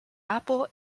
apple